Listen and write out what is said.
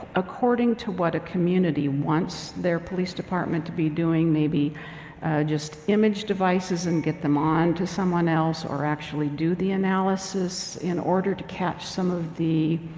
according to what a community wants their police department to be doing maybe just image devices and get them on to someone else or actually do the analysis in order to catch some of the